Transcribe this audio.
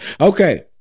Okay